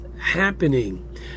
happening